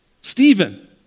Stephen